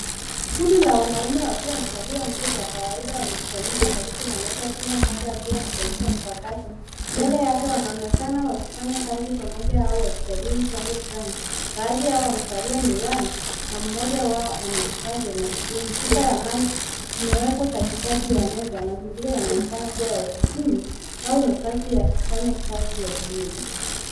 Kundi la wanaume wakiwa wamevalia nguo za kawaida, wamekusanyika karibu na meza, kila mmoja akiwa na kompyuta mpakato. Mbele yake wanaonekana wakifanya kazi pamoja au wakijadili jambo fulani. Baadhi yao wamevalia miwani na mmoja wao ako ana vifaa vya masikioni. Chupa ya maji imewekwa katikati ya meza. Mazingira yanaonekana kuwa ya ofisini au nafasi ya kufanya kazi ya pamoja.